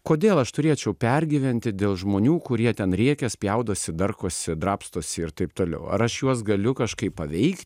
kodėl aš turėčiau pergyventi dėl žmonių kurie ten rėkia spjaudosi darkosi drabstosi ir taip toliau ar aš juos galiu kažkaip paveikt